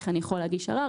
איך אני יכול להגיש ערר.